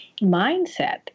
mindset